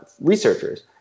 researchers